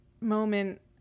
moment